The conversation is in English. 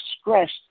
stressed